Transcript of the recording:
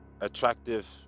attractive